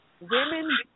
Women